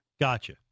Gotcha